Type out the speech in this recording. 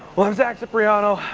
i'm zach cipriano.